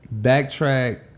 Backtrack